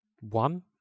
one